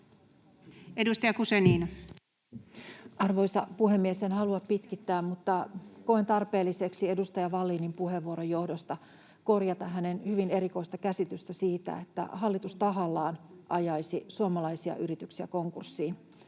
13:27 Content: Arvoisa puhemies! En halua pitkittää, mutta koen tarpeelliseksi edustaja Vallinin puheenvuoron johdosta korjata hänen hyvin erikoista käsitystään siitä, että hallitus tahallaan ajaisi suomalaisia yrityksiä konkurssiin.